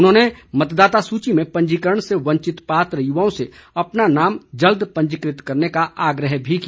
उन्होंने मतदाता सूची में पंजीकरण से वंचित पात्र युवाओं से अपना नाम जल्द पंजीकृत करने का आग्रह भी किया